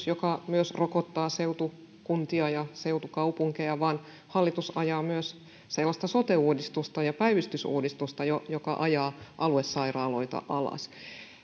joka myös rokottaa seutukuntia ja seutukaupunkeja vaan myös sellaista sote uudistusta ja päivystysuudistusta joka ajaa aluesairaaloita alas